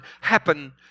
happen